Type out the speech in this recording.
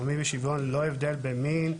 הוא מאמין ללא הבדל במין,